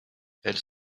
elles